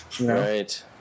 Right